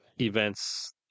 events